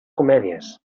comèdies